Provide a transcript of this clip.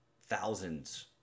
thousands